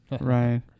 Right